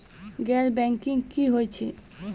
गैर बैंकिंग की होय छै?